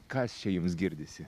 kas čia jums girdisi